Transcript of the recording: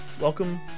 welcome